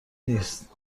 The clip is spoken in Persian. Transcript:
نیست